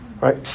right